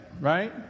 right